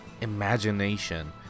imagination